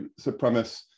supremacist